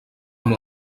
amb